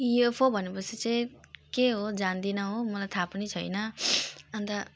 UFO भनेपछि चाहिँ के हो जान्दिनँ हो मलाई थाहा पनि छैन अनि त